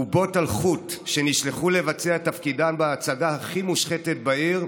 בובות על חוט שנשלחו לבצע את תפקידן בהצגה הכי מושחתת בעיר,